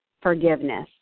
forgiveness